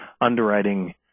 underwriting